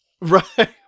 Right